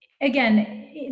again